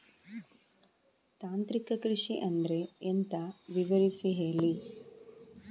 ತಾಂತ್ರಿಕ ಕೃಷಿ ಅಂದ್ರೆ ಎಂತ ವಿವರಿಸಿ ಹೇಳಿ